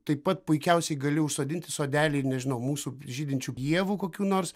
taip pat puikiausiai gali užsodinti sodelį ir nežinau mūsų žydinčių ievų kokių nors